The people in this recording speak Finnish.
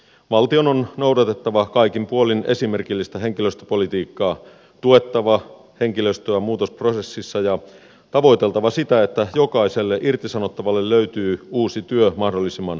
valtion on noudatettava kaikin puolin esimerkillistä henkilöstöpolitiikkaa tuettava henkilöstöä muutosprosessissa ja tavoiteltava sitä että jokaiselle irtisanottavalle löytyy uusi työ mahdollisimman nopeasti